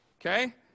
okay